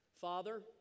Father